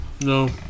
No